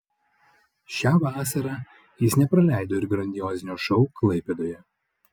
šią vasarą jis nepraleido ir grandiozinio šou klaipėdoje